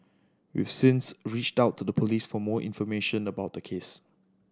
we've since reached out to the Police for more information about the case